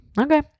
okay